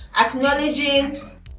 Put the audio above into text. acknowledging